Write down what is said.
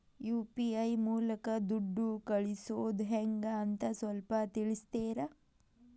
UPI ಮೂಲಕ ದುಡ್ಡು ಕಳಿಸೋದ ಹೆಂಗ್ ಅಂತ ಸ್ವಲ್ಪ ತಿಳಿಸ್ತೇರ?